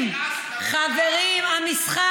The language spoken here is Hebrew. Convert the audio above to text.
אם לא היית נכנסת למגרש הזה, היה משחק.